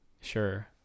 Sure